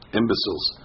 imbeciles